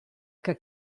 que